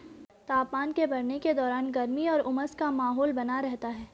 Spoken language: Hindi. तापमान के बढ़ने के दौरान गर्मी और उमस का माहौल बना रहता है